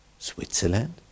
Switzerland